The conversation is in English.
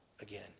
again